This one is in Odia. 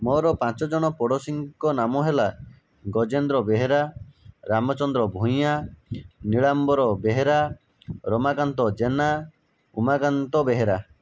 ମୋର ପାଞ୍ଚ ଜଣ ପଡ଼ୋଶୀଙ୍କ ନାମ ହେଲା ଗଜେନ୍ଦ୍ର ବେହେରା ରାମଚନ୍ଦ୍ର ଭୂଇଆଁ ନିଳାମ୍ବର ବେହେରା ରମାକାନ୍ତ ଜେନା ଉମାକାନ୍ତ ବେହେରା